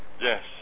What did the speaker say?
yes